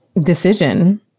decision